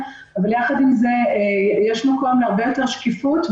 אבל יחד עם זה יש מקום להרבה יותר שקיפות.